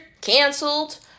canceled